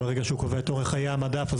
שברגע שהוא קובע את אורך חיי המדף אז